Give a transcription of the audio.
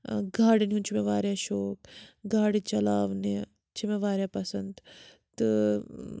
گاڑٮ۪ن ہُنٛد چھُ مےٚ واریاہ شوق گاڑِ چلاونہِ چھِ مےٚ واریاہ پَسَنٛد تہٕ